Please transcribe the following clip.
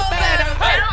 better